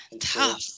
tough